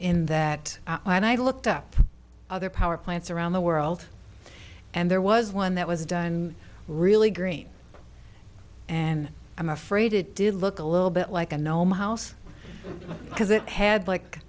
in that when i looked up other power plants around the world and there was one that was done really green and i'm afraid it did look a little bit like a gnome house because it had like